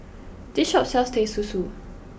this shop sells Teh Susu